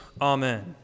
amen